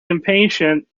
impatient